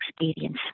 experience